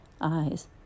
eyes